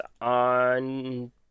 on